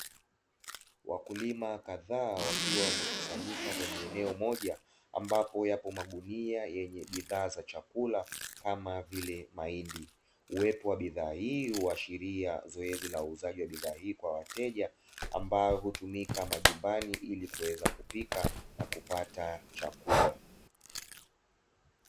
Wakulima kadhaa wakiwa wamekusanyika kwenye eneo moja, ambapo yapo magunia yenye bidhaa za chakula kama vile mahindi, uwepo wa bidhaa hii uashiria zoezi la uuzaji wa bidhaa hii kwa wateja ambayo hutumika majumbani ili kuweza kupika na kupata chakula.